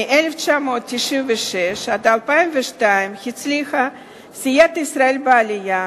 מ-1996 עד 2002, הצליחה סיעת ישראל בעלייה,